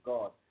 God